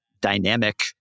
dynamic